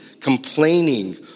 complaining